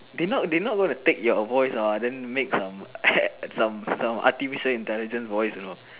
they not they not going to take your voice hor then make some some some artificial intelligence voice you know